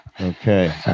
okay